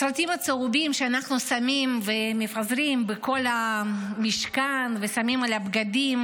הסרטים הצהובים שאנחנו שמים ומפזרים בכל המשכן ושמים על הבגדים,